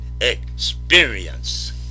experience